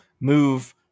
move